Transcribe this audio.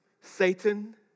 Satan